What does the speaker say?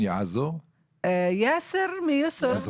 לא,